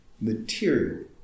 material